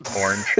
Orange